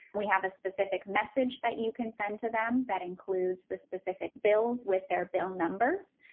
we have a specific message that you can send to them that includes the specific bills with their bill numbers,